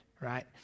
right